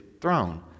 throne